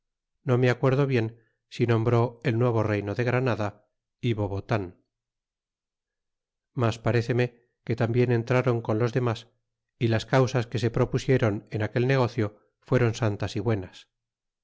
no me acueido bien si nombró el nuevo reyno de granada é bobotan mas paréceme que tambien entrron con los demas y las causas que se propusieron en aquel negocio fueron santas y buenas